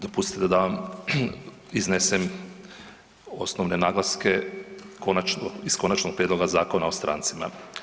Dopustite da vam iznesem osnovne naglaske iz Konačnog prijedloga Zakona o strancima.